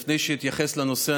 לפני שאתייחס לנושא,